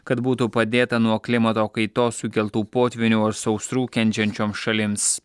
kad būtų padėta nuo klimato kaitos sukeltų potvynių ar sausrų kenčiančioms šalims